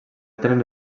tenen